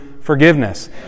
forgiveness